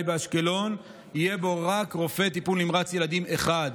באשקלון יהיה רק רופא טיפול נמרץ ילדים אחד.